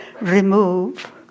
remove